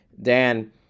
Dan